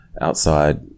outside